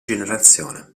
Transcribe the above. generazione